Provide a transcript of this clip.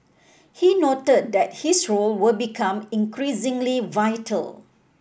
he noted that this role will become increasingly vital